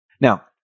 now